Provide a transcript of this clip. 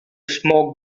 smoke